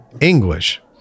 English